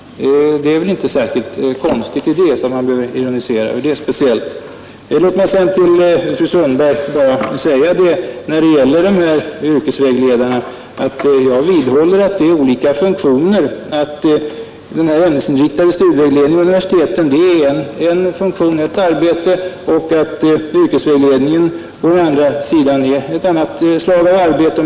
Det är väl inte så konstigt, att man behöver ironisera speciellt över det. Låt mig sedan till fru Sundberg säga ett par ord när det gäller yrkesvägledarna. Jag vidhåller att det är fråga om olika funktioner. Den här ämnesinriktade studievägledningen vid universiteten är ett slag av arbete och yrkesvägledningen är ett annat slag av arbete.